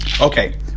Okay